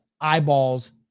eyeballs